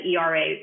ERA